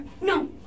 No